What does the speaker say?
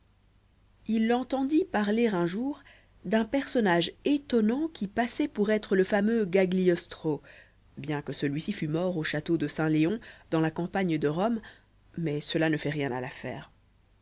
il entendit parler un jour d'un personnage étonnant qui passait pour être le fameux gagliostro bien que celui-ci fut mort au château de saint léon dans la campagne de rome mais cela ne fait rien à l'affaire